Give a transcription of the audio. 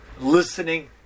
listening